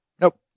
Nope